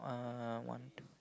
uh one two